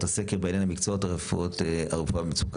הסקר בעניין מקצועות הרפואה במצוקה.